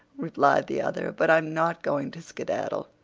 replied the other but i'm not going to skedaddle.